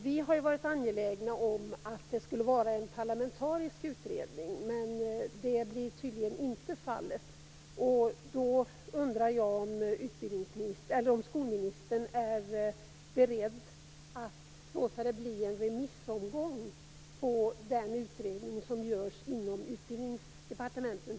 Vi har varit angelägna om att det skulle vara en parlamentarisk utredning. Men det blir tydligen inte fallet. Då undrar jag om skolministern är beredd att låta den utredning som görs inom Utbildningsdepartementet genomgå en remissomgång?